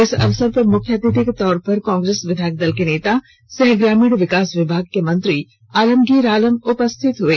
इस अवसर पर मुख्य अतिथि के रूप में कांग्रेस विधायक दल के नेता सह ग्रामीण विकास विभाग के मंत्री आलमगीर आलम उपस्थित हुए